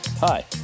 Hi